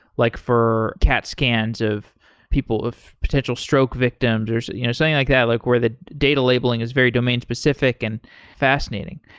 like for cat scans of people of potential stroke victims or you know something thing like, yeah like where the data labeling is very domain specific and fascinating.